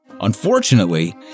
Unfortunately